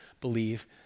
believe